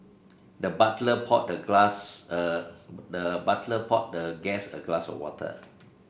the butler poured the glass a the butler poured the guest a glass of water